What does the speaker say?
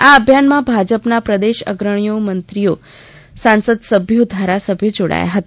આ અભિયાનમાં ભાજપના પ્રદેશ અગ્રણી ઓ મંત્રીઓ સંસદસભ્યો ધારાસભ્યો જોડાયા હતા